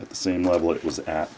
at the same level it was at